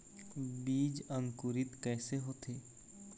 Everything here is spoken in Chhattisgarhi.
बीज अंकुरित कैसे होथे?